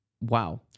Wow